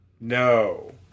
No